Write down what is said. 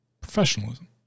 Professionalism